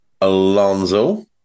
Alonso